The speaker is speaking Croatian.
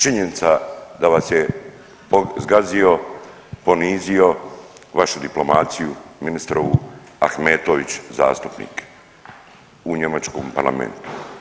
Činjenica da vas je zgazio, ponizio vašu diplomaciju ministrovu Ahmetović zastupnik u njemačkom parlamentu.